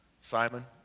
Simon